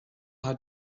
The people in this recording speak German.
hat